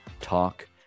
talk